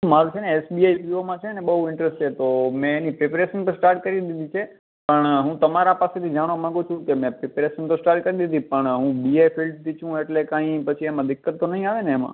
મારુ છે ને એસ બી આઈ પી ઓમાં છે ને બહુ ઇન્ટરૅસ્ટ છે તો મેં એની પ્રિપૅરેશન તો સ્ટાર્ટ કરી દીધી છે પણ હું તમારા પાસેથી જાણવા માગુ છું કે મેં પ્રિપૅરેશન તો સ્ટાર્ટ કરી દીધી પણ હું બી એ ફિલ્ડથી છું એટલે કાંઈ પછી એમાં દિક્કત તો નહીં આવેને એમાં